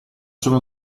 sono